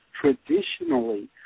traditionally